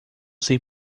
sei